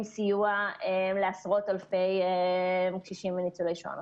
סיוע לעשרות אלפי קשישים וניצולי שואה נוספים.